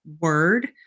word